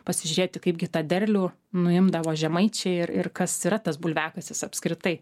pasižiūrėti kaipgi tą derlių nuimdavo žemaičiai ir ir kas yra tas bulviakasis apskritai